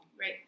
Right